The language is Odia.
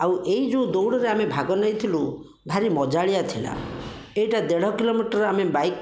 ଆଉ ଏ ଯେଉଁ ଦୌଡ଼ରେ ଆମେ ଭାଗ ନେଇଥିଲୁ ଭାରି ମଜାଳିଆ ଥିଲା ଏଇଟା ଦେଢ଼ କିଲୋମିଟର ଆମେ ବାଇକ